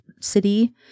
city